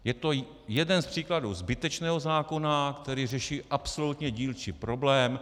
Je to jeden z příkladů zbytečného zákona, který řeší absolutně dílčí problém.